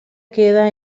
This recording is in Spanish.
queda